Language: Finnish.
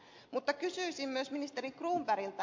mutta kysyisin myös ministeri cronbergilta